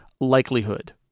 Likelihood